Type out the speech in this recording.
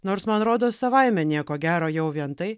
nors man rodos savaime nieko gero jau vien tai